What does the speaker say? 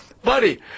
Buddy